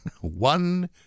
One